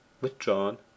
withdrawn